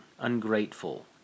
ungrateful